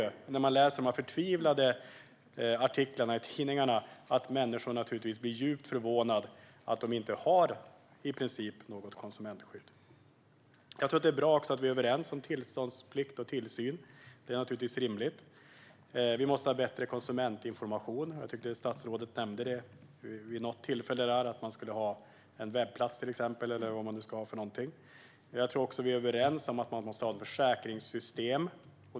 När jag läser dessa förtvivlade artiklar i tidningar förstår jag att människor blir mycket förvånade över att de i princip inte har något konsumentskydd. Jag tror också att det är bra att vi är överens om tillståndsplikt och tillsyn. Det är naturligtvis rimligt. Vi måste ha bättre konsumentinformation. Jag tror att statsrådet vid något tillfälle nämnde att man till exempel ska ha en webbplats eller något annat. Jag tror också att vi är överens om att det måste finnas ett försäkringssystem i detta sammanhang.